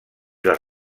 les